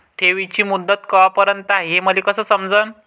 ठेवीची मुदत कवापर्यंत हाय हे मले कस समजन?